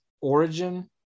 origin